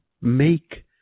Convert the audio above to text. make